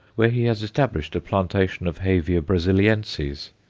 where he has established a plantation of hevia brazilienses,